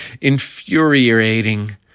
infuriating